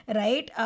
right